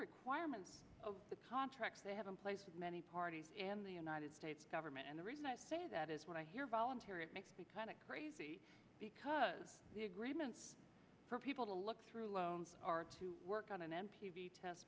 requirements of the contracts they have in place for many parties in the united states government and the reason i say that is when i hear voluntary it makes me kind of crazy because the agreements for people to look through loans are to work on an